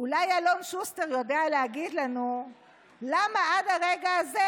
אולי אלון שוסטר יודע להגיד לנו למה עד הרגע הזה